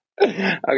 Okay